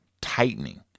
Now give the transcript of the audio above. tightening